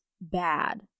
bad